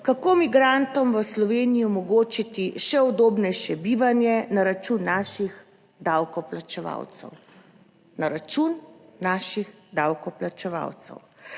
kako migrantom v Sloveniji omogočiti še udobnejše bivanje na račun naših davkoplačevalcev. Na račun naših davkoplačevalcev?